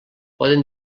poden